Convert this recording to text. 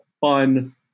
fun